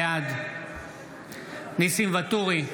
בעד ניסים ואטורי,